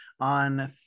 on